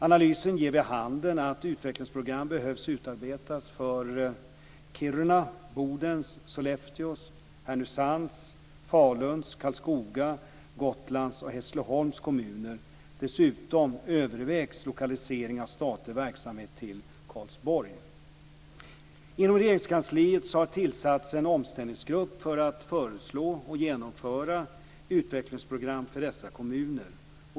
Analysen ger vid handen att utvecklingsprogram behöver utarbetas för Kiruna, Bodens, Sollefteå, Härnösands, Faluns, Karlskoga, Gotlands och Hässleholms kommuner. Dessutom övervägs lokalisering av statlig verksamhet till Inom Regeringskansliet har tillsatts en omställningsgrupp för att föreslå och genomföra utvecklingsprogram för dessa kommuner.